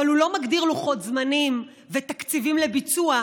אבל הוא לא מגדיר לוחות זמנים ותקציבים לביצוע,